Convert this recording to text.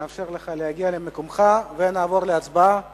נאפשר לך להגיע למקומך ונעבור להצבעה